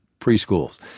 preschools